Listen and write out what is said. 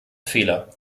fehler